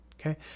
okay